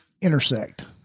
intersect